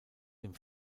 dem